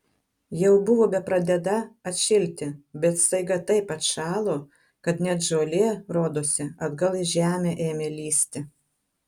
jau buvo bepradedą atšilti bet staiga taip atšalo kad net žolė rodosi atgal į žemę ėmė lįsti